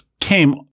Came